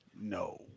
no